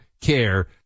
care